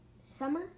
summer